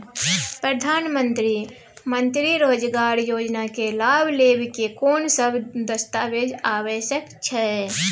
प्रधानमंत्री मंत्री रोजगार योजना के लाभ लेव के कोन सब दस्तावेज आवश्यक छै?